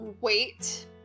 wait